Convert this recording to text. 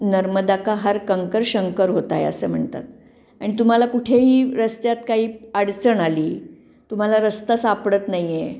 नर्मदा का हर कंकर शंकर होत आहे असं म्हणतात आणि तुम्हाला कुठेही रस्त्यात काही अडचण आली तुम्हाला रस्ता सापडत नाही आहे